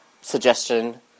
suggestion